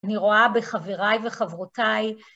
‫אני רואה בחבריי וחברותיי...